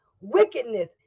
Wickedness